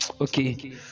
okay